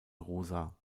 rosa